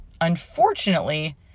unfortunately